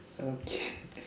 okay